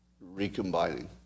recombining